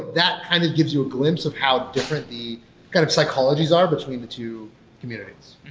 that kind of gives you a glimpse of how different the kind of psychologies are between the two communities.